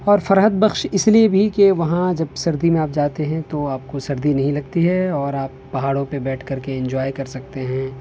اور فرحت بخش اس لیے بھی کہ وہاں جب سردی میں آپ جاتے ہیں تو آپ کو سردی نہیں لگتی ہے اور آپ پہاڑوں پہ بیٹھ کر کے انجوائے کر سکتے ہیں